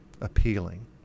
appealing